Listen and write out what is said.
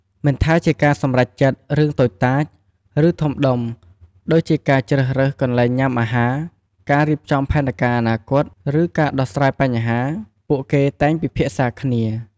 មិនថាជាការសម្រេចចិត្តរឿងតូចតាច ឬធំដុំ ដូចជាការជ្រើសរើសកន្លែងញ៉ាំអាហារ ការរៀបចំផែនការអនាគត ឬការដោះស្រាយបញ្ហា ពួកគេតែងពិភាក្សាគ្នា។